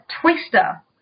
Twister